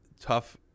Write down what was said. tough